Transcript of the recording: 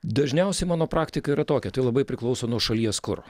dažniausiai mano praktika yra tokia tai labai priklauso nuo šalies kur